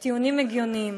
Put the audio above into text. בטיעונים הגיוניים.